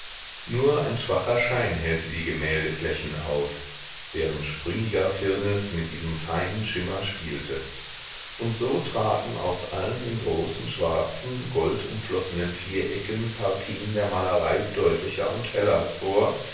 nur ein schwacher schein hellte die gemäldeflächen auf deren sprüngiger firnis mit diesem feinen schimmer spielte und so traten aus allen den großen schwarzen goldumflossenen vierecken partien der malerei deutlicher und heller hervor